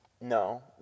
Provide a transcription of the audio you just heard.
No